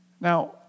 Now